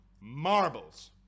marbles